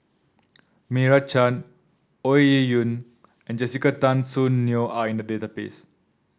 Meira Chand Ong Ye Kung and Jessica Tan Soon Neo are in the database